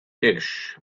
dish